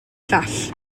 llall